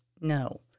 No